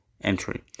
entry